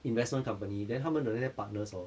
investment company then 他们的那些 partners hor